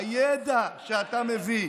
הידע שאתה מביא,